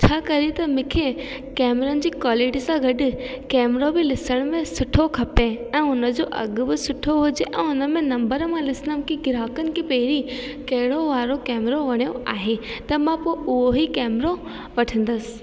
छा करे त मूंखे कैमरनि जी क्वालिटी सां गॾु कैमरो बि ॾिसण में सुठो खपे ऐं हुन जो अघ बि सुठो हुजे ऐं हुन में नंबर मां ॾिसंदमि कि ग्राहकनि खे पहिरीं कहिड़ो वारो कैमरो वणियो आहे त मां पोइ उहो ई कैमरो वठंदसि